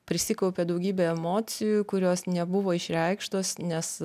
prisikaupė daugybė emocijų kurios nebuvo išreikštos nes